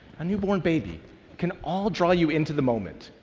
a newborn baby can all draw you into the moment,